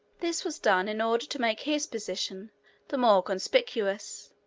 this was done in order to make his position the more conspicuous,